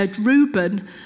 Reuben